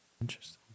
Interesting